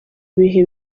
bihe